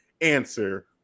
answer